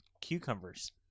Cucumbers